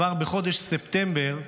כבר בחודש ספטמבר,